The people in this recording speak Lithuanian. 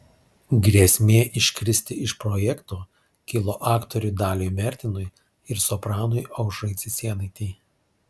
grėsmė iškristi iš projekto kilo aktoriui daliui mertinui ir sopranui aušrai cicėnaitei